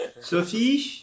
Sophie